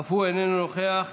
אף הוא איננו נוכח,